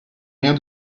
rien